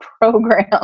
program